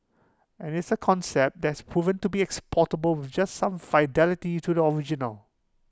and it's A concept that has proven to be exportable with just some fidelity to the original